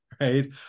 right